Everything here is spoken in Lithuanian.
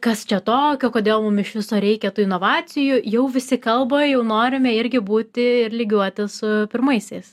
kas čia tokio kodėl mum iš viso reikia tų inovacijų jau visi kalba jau norime irgi būti ir lygiuotis su pirmaisiais